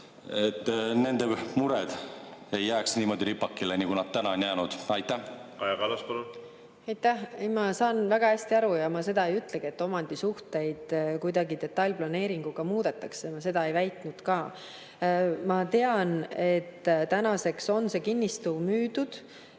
et nende mured ei jää niimoodi ripakile, nagu need täna on jäänud. Kaja Kallas, palun! Kaja Kallas, palun! Aitäh! Ma saan väga hästi aru ja ma seda ei ütlegi, et omandisuhteid kuidagi detailplaneeringuga muudetakse. Ma seda ei väitnud ka. Ma tean, et tänaseks on see kinnistu müüdud,